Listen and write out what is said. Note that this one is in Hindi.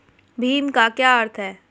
भीम का क्या अर्थ है?